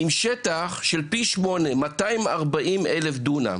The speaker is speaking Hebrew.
עם שטח של פי שמונה, 240,000 דונם.